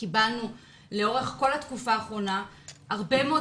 קיבלנו לאורך כל התקופה האחרונה הרבה מאוד